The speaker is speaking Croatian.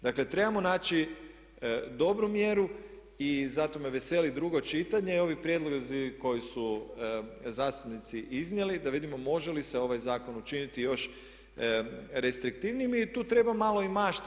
Dakle, trebamo naći dobru mjeru i zato me veseli drugo čitanje i ovi prijedlozi koje su zastupnici iznijeli, da vidimo može li se ovaj zakon učiniti još restriktivnim i tu treba i malo mašte.